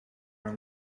our